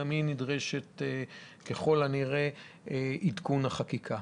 שגם היא נדרשת ככל הנראה לעדכון חקיקה.